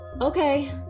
Okay